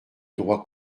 droit